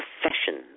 profession